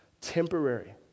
Temporary